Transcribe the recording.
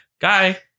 guy